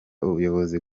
ubuyobozi